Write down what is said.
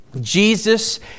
Jesus